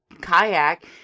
kayak